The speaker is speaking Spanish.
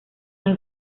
hay